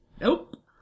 Nope